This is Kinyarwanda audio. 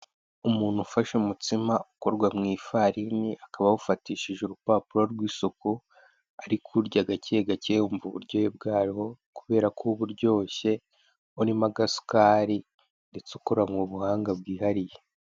Umuntu ufashe umutsima ukorwa mu ifarini, akaba awufatishije urupapuro rw'isuku. Ari kuwurya gake gake yumva uburyohe bwawo, kubera ko uba uryoshye urimo agasukari, ndetse ukoranywe ubuhanga bwihariye.